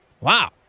Wow